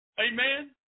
Amen